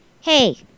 hey